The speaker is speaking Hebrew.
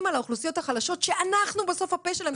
על האוכלוסיות החלשות שאנחנו בסוף הפה שלהן,